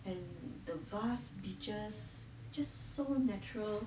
and the vast beaches just so natural